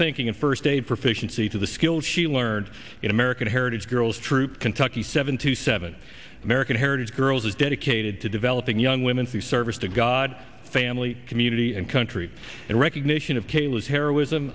thinking and first aid proficiency to the skills she learned in american heritage girls troop kentucky seven two seven american heritage girls is dedicated to developing young women through service to god family community and country and recognition of caylus heroism